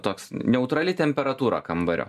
toks neutrali temperatūrą kambario